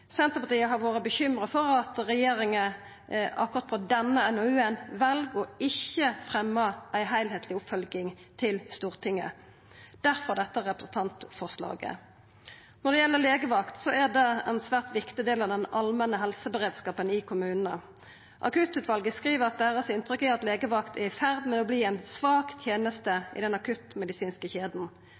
Senterpartiet har vore bekymra for at regjeringa – akkurat på denne NOU-en – vel ikkje å fremja ei heilskapleg oppfølging til Stortinget. Derfor fremjar vi dette representantforslaget. Når det gjeld legevakt, er det ein svært viktig del av den allmenne helseberedskapen i kommunane. Akuttutvalet skriv at deira inntrykk er at legevakt er i ferd med å verta ei svak teneste i den akuttmedisinske kjeda: